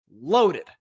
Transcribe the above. loaded